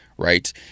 Right